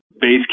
base